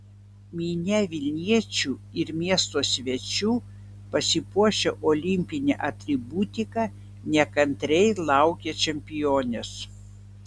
minia vilniečių ir miesto svečių pasipuošę olimpine atributika nekantriai laukė čempionės